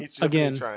again